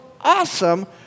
awesome